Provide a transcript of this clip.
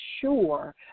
sure